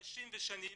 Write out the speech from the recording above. חודשים ושנים,